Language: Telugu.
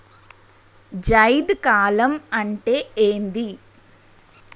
జైద్ కాలం అంటే ఏంది?